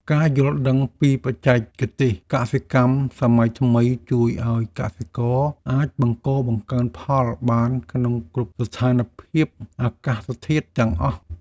ការយល់ដឹងពីបច្ចេកទេសកសិកម្មសម័យថ្មីជួយឱ្យកសិករអាចបង្កបង្កើនផលបានក្នុងគ្រប់ស្ថានភាពអាកាសធាតុទាំងអស់។